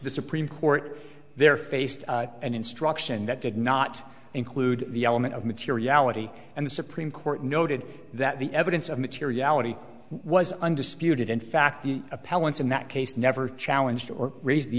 the supreme court there faced an instruction that did not include the element of materiality and the supreme court noted that the evidence of materiality was undisputed in fact the appellant in that case never challenged or raised the